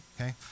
okay